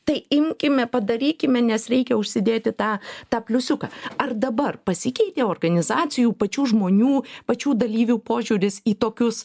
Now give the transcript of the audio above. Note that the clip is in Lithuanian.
tai imkime padarykime nes reikia užsidėti tą tą pliusiuką ar dabar pasikeitė organizacijų pačių žmonių pačių dalyvių požiūris į tokius